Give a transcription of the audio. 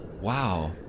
Wow